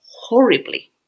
horribly